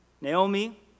Naomi